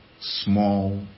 small